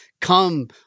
come